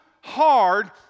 hard